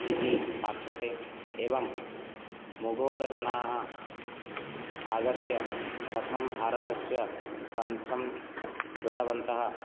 इति पाठ्यते एवं मोघोलजनाः आगत्य कथं भारतस्य ध्वंसं कृतवन्तः